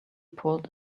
pulled